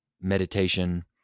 meditation